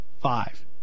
five